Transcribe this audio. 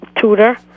tutor